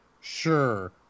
Sure